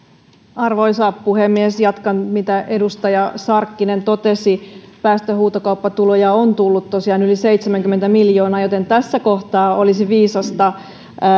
arvoisa puhemies jatkan siitä mitä edustaja sarkkinen totesi päästöhuutokauppatuloja on tosiaan tullut yli seitsemänkymmentä miljoonaa joten tässä kohtaa olisi viisasta